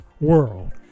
world